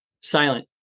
silent